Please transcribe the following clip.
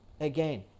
Again